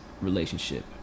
relationship